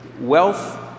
Wealth